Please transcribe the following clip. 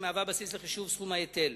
שהיא הבסיס לחישוב סכום ההיטל.